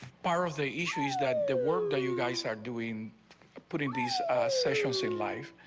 barr of the issues that the work that you guys are doing putting these essential sea life.